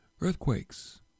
earthquakes